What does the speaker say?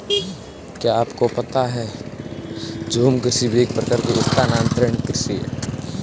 क्या आपको पता है झूम कृषि भी एक प्रकार की स्थानान्तरी कृषि ही है?